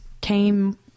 came